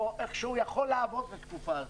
או איך שהוא יכול לעבוד בתקופה הזאת.